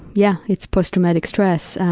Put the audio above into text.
yeah, it's post-traumatic stress.